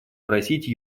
просить